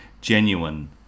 genuine